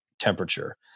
temperature